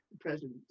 president